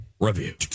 review